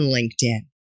LinkedIn